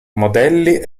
modelli